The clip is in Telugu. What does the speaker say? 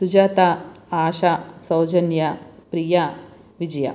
సుజాత ఆశ సౌజన్య ప్రియ విజయ